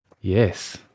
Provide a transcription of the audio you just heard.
Yes